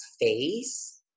face